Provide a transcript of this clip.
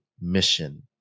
mission